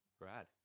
Brad